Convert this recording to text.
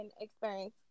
experience